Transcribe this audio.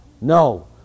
No